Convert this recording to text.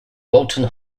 walton